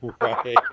Right